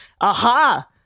Aha